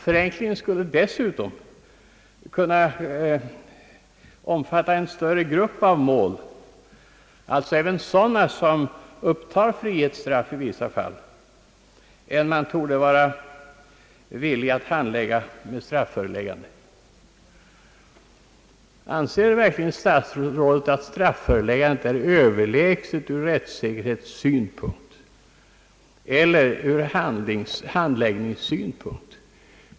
Förenklingen skulle dessutom också kunna omfatta en större grupp av mål — alltså även sådana som upptar frihetsstraff i vissa fall — än man torde vara villig handlägga med strafföreläggande. Anser verkligen herr statsrådet att strafföreläggande är överlägset ur rättssäkerhetssynpunkt eller ur handläggningssynpunkt?